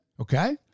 Okay